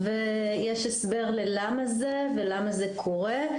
יש הסבר ללמה זה ולמה זה קורה.